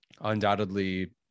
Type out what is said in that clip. Undoubtedly